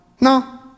No